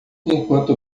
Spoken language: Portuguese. enquanto